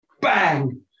bang